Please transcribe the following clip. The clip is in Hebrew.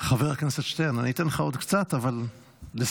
חבר הכנסת שטרן, אני אתן לך עוד קצת, אבל לסיום.